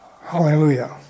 Hallelujah